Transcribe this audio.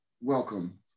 welcome